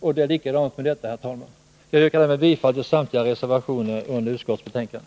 Det är likadant med detta. Herr talman! Jag yrkar bifall till samtliga reservationer som är fogade vid utskottets betänkande.